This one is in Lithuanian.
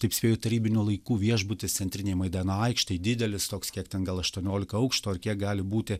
taip sakyt tarybinių laikų viešbutis centrinėj maidano aikštėj didelis toks kiek ten gal aštuoniolika aukštų ar kiek gali būti